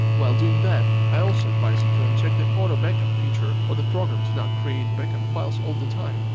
while doing that, i also advise you to uncheck the auto backup feature for the program to not create backup files all the time,